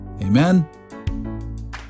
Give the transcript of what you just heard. Amen